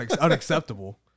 Unacceptable